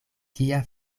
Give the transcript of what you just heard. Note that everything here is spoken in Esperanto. kia